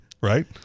right